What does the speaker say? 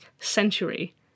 century